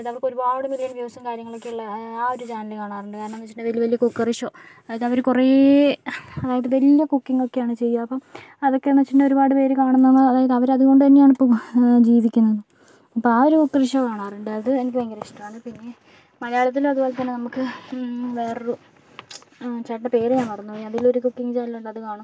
അതായത് അവർക്ക് ഒരുപാട് മില്യൺ വ്യൂസും കാര്യങ്ങളൊക്കെയുള്ള ആ ഒരു ചാനൽ കാണാറുണ്ട് കാരണമെന്നു ചോദിച്ചിട്ടുണ്ടെങ്കിൽ വലിയ വലിയ കുക്കറി ഷോ അതായത് അവർ കുറേ അതായത് വല്യ കുക്കിംഗ് ഒക്കെയാണ് ചെയ്യുക അപ്പം അതൊക്കെയെന്നുവച്ചിട്ടുണ്ടെങ്കിൽ ഒരുപാട് പേര് കാണുന്നു അതായത് അവരതുകൊണ്ടുതന്നെയാണ് ഇപ്പോൾ ജീവിക്കുന്നതും അപ്പോൾ ആ ഒരു കുക്കറി ഷോ കാണാറുണ്ട് അത് എനിക്ക് ഭയങ്കര ഇഷ്ടമാണ് പിന്നെ മലയാളത്തിൽ അത്പോലെത്തന്നെ നമ്മൾക്ക് വേറൊരു ചേട്ടൻ്റെ പേര് ഞാൻ മറന്നുപോയി അതിലൊരു കുക്കിംഗ് ചാനൽ ഉണ്ട് അത് കാണും